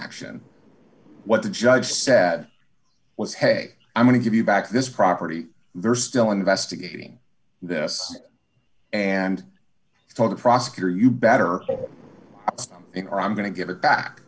action what the judge said was hey i'm going to give you back this property they're still investigating this and for the prosecutor you better stop it or i'm going to give it back